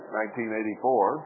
1984